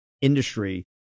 industry